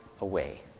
away